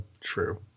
true